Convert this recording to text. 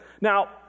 Now